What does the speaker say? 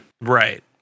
Right